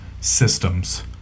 Systems